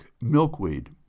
milkweed